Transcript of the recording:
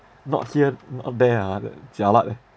not here not there ah then jialat eh